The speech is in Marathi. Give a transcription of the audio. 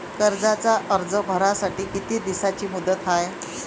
कर्जाचा अर्ज भरासाठी किती दिसाची मुदत हाय?